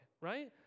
right